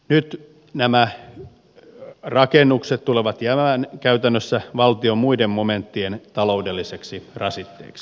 nyt nämä rakennukset tulevat jäämään käytännössä valtion muiden momenttien taloudelliseksi rasitteeksi